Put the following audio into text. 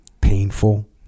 painful